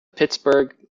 pittsburgh